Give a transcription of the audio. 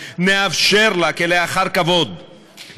נאפשר לה כלאחר כבוד,